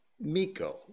Miko